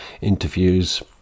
interviews